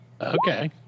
Okay